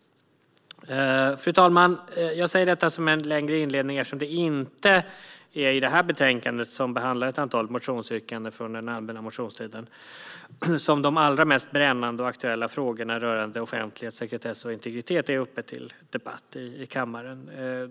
Fru talman! Jag säger detta som en längre inledning, eftersom det inte är i det här betänkandet, som behandlar ett antal motionsyrkanden från den allmänna motionstiden, som de allra mest brännande och aktuella frågorna rörande offentlighet, sekretess och integritet är uppe till debatt.